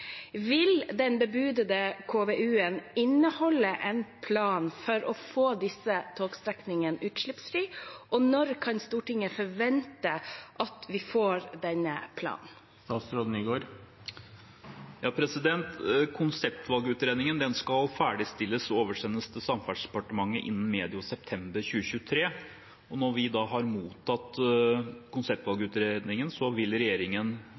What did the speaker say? Vil den bebudede KVU-en inneholde en plan for å få disse togstrekningene utslippsfrie? Og når kan Stortinget forvente at vi får denne planen? Konseptvalgutredningen skal ferdigstilles og oversendes til Samferdselsdepartementet innen medio september 2023. Når vi da har mottatt konseptvalgutredningen, vil regjeringen